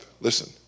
listen